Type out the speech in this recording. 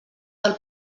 del